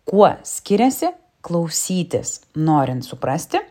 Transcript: kuo skiriasi klausytis norint suprasti